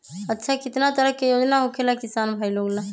अच्छा कितना तरह के योजना होखेला किसान भाई लोग ला?